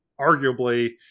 arguably